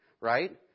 right